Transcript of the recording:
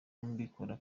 mbikora